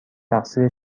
تقصیر